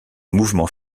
mouvement